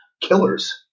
killers